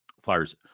Flyers